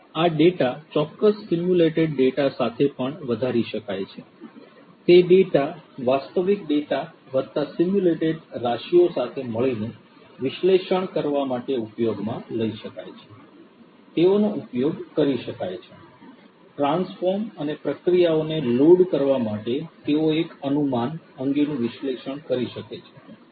આ ડેટા ચોક્કસ simulated data સાથે પણ વધારી શકાય છે તે ડેટા વાસ્તવિક ડેટા વત્તા સિમ્યુલેટેડ રાશિઓ સાથે મળીને વિશ્લેષણ કરવા માટે ઉપયોગમાં લઈ શકાય છે તેઓનો ઉપયોગ કરી શકાય છે ટ્રાન્સફોર્મ અને પ્રક્રિયાઓને લોડ કરવા માટે તેઓ એક અનુમાન અંગેનું વિશ્લેષણ કરી શકે છે વગેરે